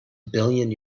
billion